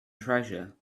treasure